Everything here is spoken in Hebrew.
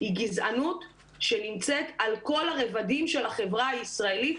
היא גזענות שנמצאת על כל הרבדים של החברה הישראלית,